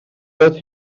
oedd